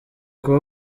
kuba